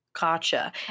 Gotcha